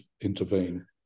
intervene